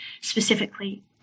specifically